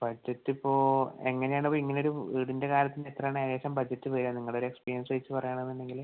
budget ഇപ്പോൾ എങ്ങനെയാണ് ഇപ്പം ഇങ്ങനെ ഒരു വീടിൻ്റെ കാര്യത്തിന് എത്രയാണ് ഏകദേശം ബഡ്ജറ്റ് വരിക നിങ്ങളുടെ ഒര് എക്സ്പീരിയൻസ് വെച്ച് പറയാണെന്ന് ഉണ്ടെങ്കില്